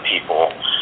people